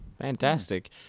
Fantastic